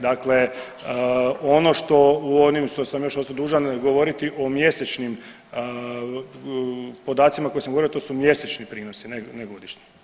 Dakle, ono što u onim što sam još ostao dužan govoriti o mjesečnim podacima koje sam govorio, to su mjesečni prinosi, ne godišnji.